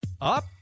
Up